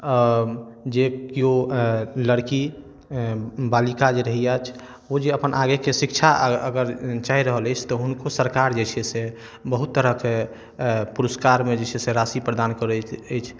जे केओ लड़की बालिका जे रहैया ओ जे अपन आगेके शिक्षा अगर चाहि रहल अछि तऽ हुनको सरकार जे छै से बहुत तरहके पुरस्कारमे जे छै से राशि प्रदान करैत अछि